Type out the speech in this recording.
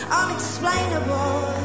unexplainable